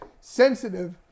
sensitive